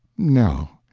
no,